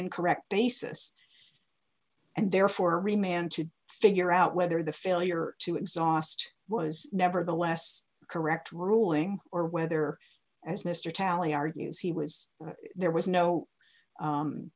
incorrect basis and therefore re man to figure out whether the failure to exhaust was nevertheless correct ruling or whether as mr talley argues he was there was no